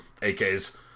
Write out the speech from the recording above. AKs